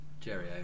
Jerry